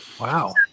Wow